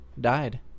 died